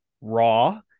Raw